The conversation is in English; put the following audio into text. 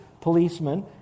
policemen